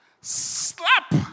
slap